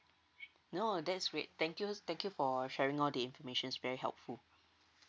no that's great thank you thank you for sharing all the information it's very helpful